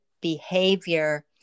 behavior